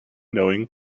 knowing